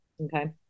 okay